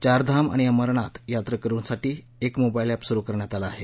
चारधाम आणि अमरनाथ यांत्रकरुसाठी एक मोबाईल अप्टास्रु करण्यात आलं आहे